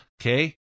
Okay